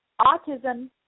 autism